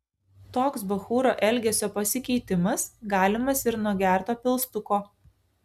toks bachūro elgesio pasikeitimas galimas ir nuo gerto pilstuko